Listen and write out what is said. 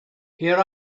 here